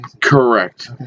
Correct